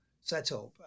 setup